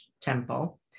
temple